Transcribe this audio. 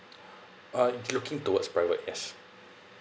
uh looking towards private yes